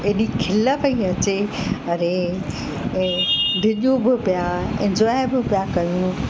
हेॾी खिल पेई अचे अड़े डिॼूं बि पिया इंजॉय बि पिया कयूं